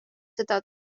seda